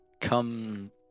come